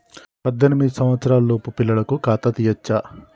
పద్దెనిమిది సంవత్సరాలలోపు పిల్లలకు ఖాతా తీయచ్చా?